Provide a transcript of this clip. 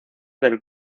del